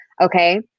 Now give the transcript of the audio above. Okay